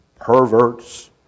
perverts